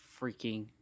freaking